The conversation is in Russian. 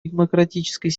демократической